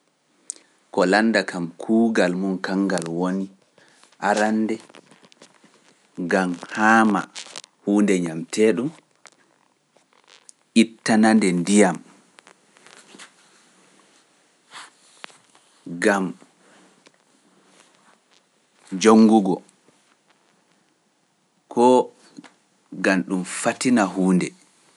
Kolannda kam kuugal mum kangal woni arande ngam haama huunde ñamtee ɗum, ittanande ndiyam, ngam jonngugo, koo ngam ɗum fatina huunde.